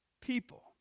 people